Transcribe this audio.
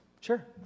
Sure